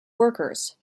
workers